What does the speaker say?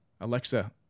Alexa